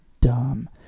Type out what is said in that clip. dumb